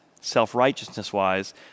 self-righteousness-wise